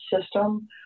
system